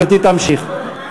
גברתי תמשיך.